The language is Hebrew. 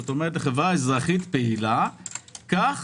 כלומר החברה האזרחית הפעילה כך